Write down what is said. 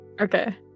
Okay